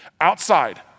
Outside